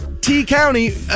T-County